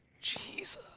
Jesus